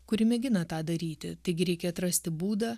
kuri mėgina tą daryti taigi reikia atrasti būdą